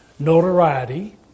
notoriety